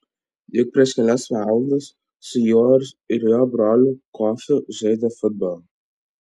juk prieš kelias valandas su juo ir jo broliu kofiu žaidė futbolą